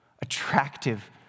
attractive